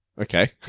Okay